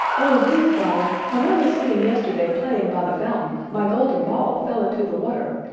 oh, dear father, when i was sitting yesterday playing by the fountain, my golden ball fell into the water,